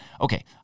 okay